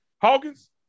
Hawkins